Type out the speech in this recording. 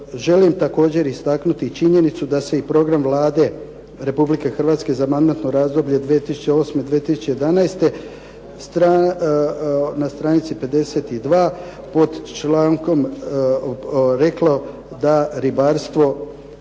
želim također istaknuti i činjenicu da se i program Vlade Republike Hrvatske za mandatno razdoblje 2008., 2011. na stranici 52. pod člankom reklo da ribarstvo,